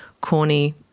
corny